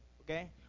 Okay